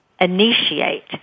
initiate